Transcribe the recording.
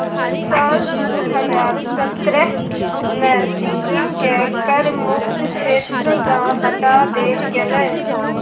साल दू हजार सतरहे मे सिक्किमकेँ कर मुक्त क्षेत्र सँ हटा देल गेलै